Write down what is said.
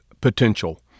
potential